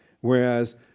Whereas